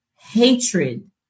hatred